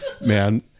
Man